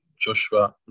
Joshua